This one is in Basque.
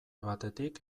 batetik